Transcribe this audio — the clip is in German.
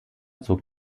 zog